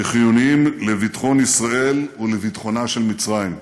שחיוניים לביטחון ישראל ולביטחונה של מצרים.